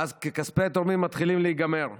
ואז כספי התורמים מתחילים להיגמר,